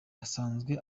asanzwe